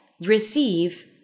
receive